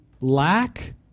lack